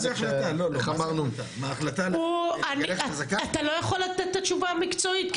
אתה לא יכול את התשובה המקצועית?